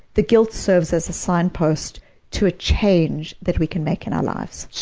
the guilt serves as a signpost to a change that we can make in our lives.